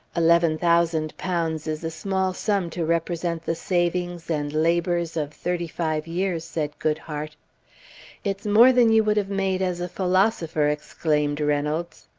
eleven thousand pounds is a small sum to repre sent the savings and labours of thirty-five years said goodhart it's more than you would have made as a philosopher exclaimed reynolds.